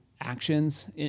actions